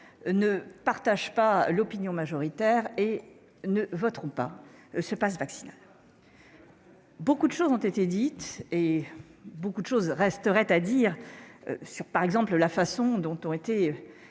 ne partagent pas l'opinion majoritaire et ne voteront pas le passe vaccinal. Beaucoup de choses ont été dites. Mais beaucoup de choses resteraient à dire, par exemple sur la manière dont ont été